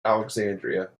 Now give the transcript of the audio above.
alexandria